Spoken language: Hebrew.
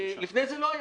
ולפני זה לא היה,